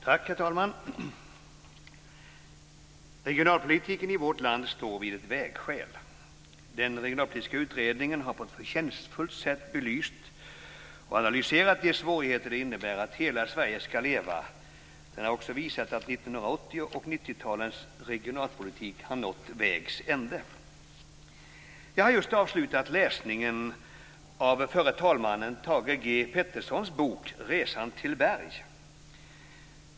Herr talman! Regionalpolitiken i vårt land står vid ett vägskäl. Den regionalpolitiska utredningen har på ett förtjänstfullt sätt belyst och analyserat de svårigheter det innebär att hela Sverige ska leva. Den har också visat att 1980 och 1990-talens regionalpolitik har nått vägs ände. Jag har just avslutat läsningen av förre talmannen Thage G Petersons bok Resan till Berg.